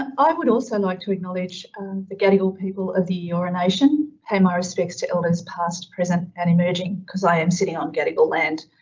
i would also like to acknowledge the gadigal people of the eora nation pay my respects to elders past, present and emerging cause i am sitting on gadigal land.